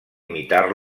imitar